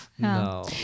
no